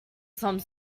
some